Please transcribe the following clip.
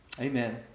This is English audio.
Amen